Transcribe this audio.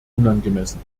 unangemessen